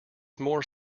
more